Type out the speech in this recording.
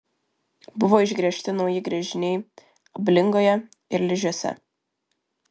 buvo išgręžti nauji gręžiniai ablingoje ir ližiuose